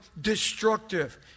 destructive